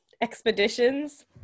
expeditions